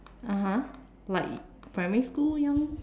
(uh huh) like primary school young